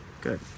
Good